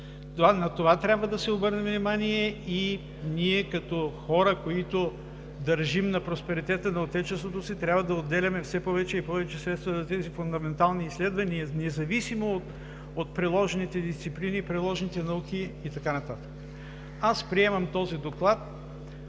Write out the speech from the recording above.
На това трябва да се обърне внимание и ние като хора, които държим на просперитета на Отечеството си, трябва да отделяме все повече и повече средства за тези фундаментални изследвания независимо от приложните дисциплини и приложните науки, и така нататък. Аз приемам този доклад.